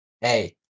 hey